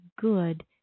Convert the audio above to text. good